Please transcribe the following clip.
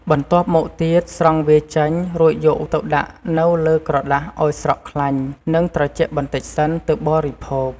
បន្ទាប់មកទៀតស្រង់វាចេញ រួចយកទៅដាក់នៅលើក្រដាសឱ្យស្រក់ខ្លាញ់ និងត្រជាក់បន្តិចសិន ទើបបរិភោគ។